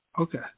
Okay